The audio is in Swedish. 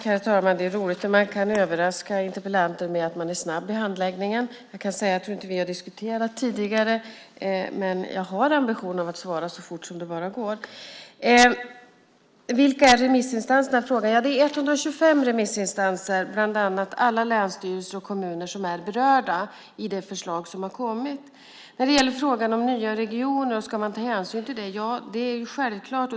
Herr talman! Det är roligt när man kan överraska interpellanten med att man är snabb i handläggningen. Jag tror inte att vi har diskuterat tidigare, men jag har ambitionen att svara så fort som det bara går. Vilka är remissinstanserna, frågas här. Det är 125 remissinstanser, bland annat alla länsstyrelser och kommuner som är berörda i det förslag som har kommit. När det gäller frågan om nya regioner och om man ska ta hänsyn till detta vill jag säga: Ja, det är självklart.